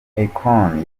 akon